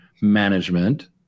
management